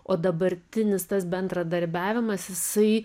o dabartinis tas bendradarbiavimas jisai